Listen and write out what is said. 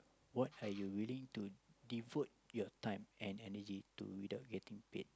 what are you willing to devote your time and energy to without getting paid